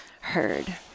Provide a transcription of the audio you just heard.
heard